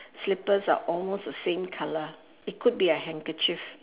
slippers are almost the same colour it could be a handkerchief